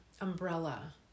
umbrella